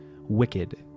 wicked